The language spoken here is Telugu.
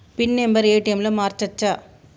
పిన్ నెంబరు ఏ.టి.ఎమ్ లో మార్చచ్చా?